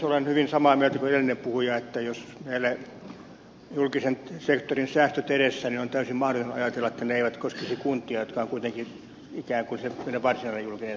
olen hyvin samaa mieltä kuin edellinen puhuja että jos meillä on julkisen sektorin säästöt edessä niin on täysin mahdotonta ajatella että ne eivät koskisi kuntia jotka ovat kuitenkin ikään kuin se varsinainen julkinen sektori täällä